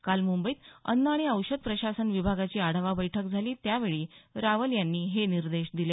काल मुंबईत अन्न आणि औषध प्रशासन विभागाची आढावा बैठक झाली त्यावेळी रावल यांनी हे निर्देश दिले